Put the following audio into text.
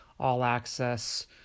all-access